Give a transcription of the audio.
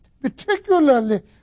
particularly